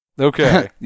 Okay